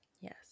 yes